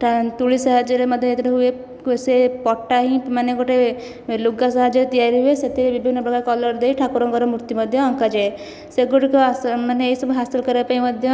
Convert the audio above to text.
ଟା ତୂଳି ସାହାଯ୍ୟରେ ମଧ୍ୟ ଏଥିରେ ହୁଏ ସେ ପଟାଇ ମାନେ ଗୋଟିଏ ଲୁଗା ସାହାଯ୍ୟରେ ତିଆରି ହୁଏ ସେଥିରେ ବିଭିନ୍ନ ପ୍ରକାରର କଲର୍ ଦେଇ ଠାକୁରଙ୍କର ମୂର୍ତ୍ତି ମଧ୍ୟ ଅଙ୍କା ଯାଏ ସେଗୁଡ଼ିକ ମାନେ ଏ ସବୁ ହାସଲ କରିବା ମଧ୍ୟ